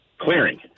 clearing